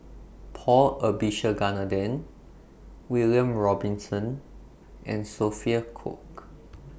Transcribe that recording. Paul Abisheganaden William Robinson and Sophia Cooke